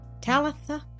Talitha